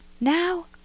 now